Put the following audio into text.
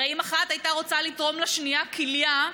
הרי אם אחת הייתה רוצה לתרום לשנייה כליה,